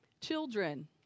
children